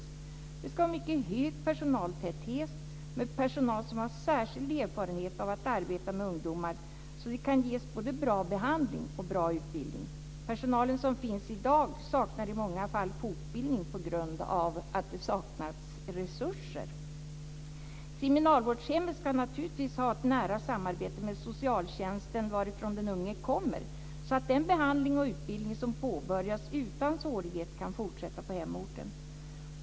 Här ska det vara mycket hög personaltäthet, med personal som har särskild erfarenhet av att arbeta med ungdomar, så att de kan ges både bra behandling och bra utbildning. Personalen som finns i dag saknar i många fall fortbildning på grund av att det saknats resurser. Kriminalvårdshemmet ska naturligtvis ha ett nära samarbete med socialtjänsten där den unge kommer ifrån, så att den behandling och utbildning som påbörjats utan svårighet kan fortsätta på hemorten.